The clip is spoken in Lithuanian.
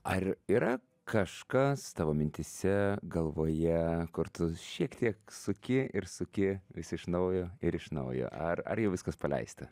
ar yra kažkas tavo mintyse galvoje kur tu šiek tiek suki ir suki vis iš naujo ir iš naujo ar ar jau viskas paleista